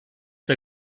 der